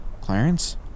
Clarence